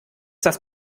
das